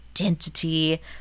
identity